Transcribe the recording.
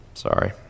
Sorry